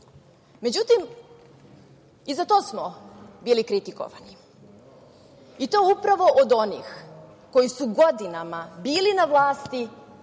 i za to smo bili kritikovani, i to upravo od onih koji su godinama bili na vlasti